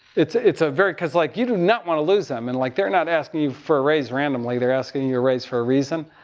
it's, it's a very, because like you do not want to lose them, and like they're not asking you for a raise randomly. they're asking you a raise for a reason.